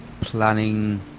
planning